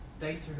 data